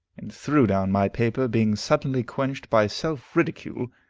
and threw down my paper, being suddenly quenched by self-ridicule,